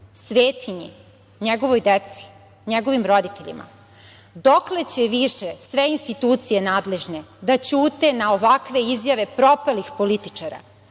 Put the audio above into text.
svetinji, njegovoj deci, njegovim roditeljima. Dokle će više sve institucije nadležne da ćute na ovakve izjave propalih političara?